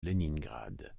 léningrad